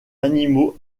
animaux